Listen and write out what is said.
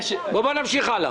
נמשיך הלאה.